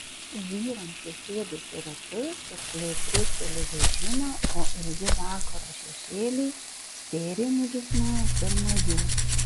vyrams susėdus į ratus arkliai trukteli vežimą o ilgi vakaro šešėliai spėriai nurisnoja pirma jų